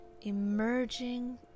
emerging